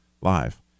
live